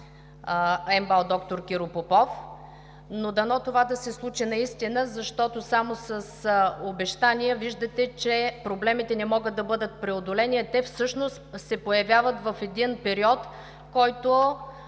МБАЛ „Д р Киро Попов“, но дано това да се случи наистина, защото само с обещания виждате, че проблемите не могат да бъдат преодолени. Те всъщност се появяват в един период, който